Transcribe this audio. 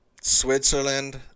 Switzerland